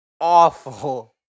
awful